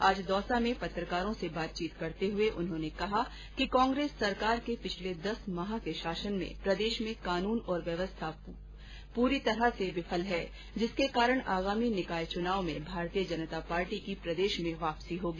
आज दौसा में पत्रकारों से बातचीत करते हुए उन्होंने कहा कि कांग्रेस सरकार के पिछले दस माह के शासन में प्रदेश में कानून और व्यवस्था चौपट हुई है जिसके कारण आगामी निकाय चुनाव में भारतीय जनता पार्टी की प्रदेश में वापसी होगी